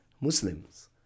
Muslims